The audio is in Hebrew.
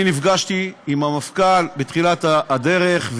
אני נפגשתי עם המפכ"ל בתחילת הדרך,